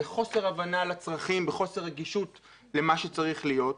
בחוסר הבנה לצרכים, בחוסר רגישות למה שצריך להיות.